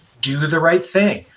do the right thing.